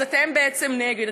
אז אתם בעצם נגד,